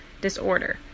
disorder